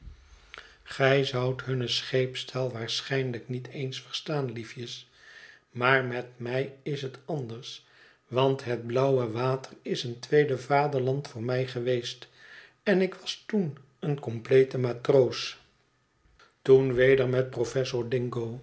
gij zoudt hunne scheepstaal waarschijnlijk niet eens verstaan liefjes maar met mij is het anders want het blauwe water is een tweede vaderland voor mij geweest en ik was toen een complete matroos toen weder met professor